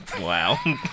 Wow